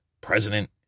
President